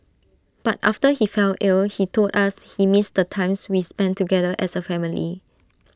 but after he fell ill he told us he missed the times we spent together as A family